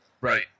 Right